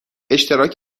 اشتراک